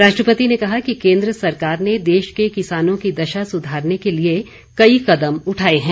राष्ट्रपति ने कहा कि केन्द्र सरकार ने देश के किसानों की दशा सुधारने के लिए कई कदम उठाए हैं